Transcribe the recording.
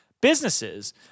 businesses